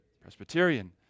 Presbyterian